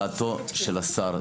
דעתו של השר,